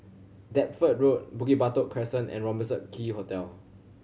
Deptford Road Bukit Batok Crescent and Robertson Quay Hotel